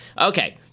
Okay